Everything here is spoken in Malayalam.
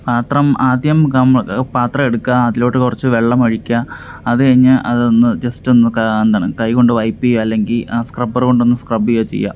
പാത്രം ആദ്യം നമ്മൾ പാത്രം എടുക്കുക അതിലോട്ട് കുറച്ചു വെള്ളം ഒഴിക്കുക അതു കഴിഞ്ഞ് അതൊന്ന് ജസ്റ്റൊന്ന് എന്താണ് കൈകൊണ്ട് വൈപ്പ് ചെയ്യുക അല്ലെങ്കിൽ ആ സ്ക്രബ്ബർ കൊണ്ടൊന്നു സ്ക്രബ് ചെയ്യുകയോ ചെയ്യുക